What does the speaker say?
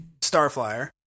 Starflyer